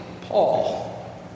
Paul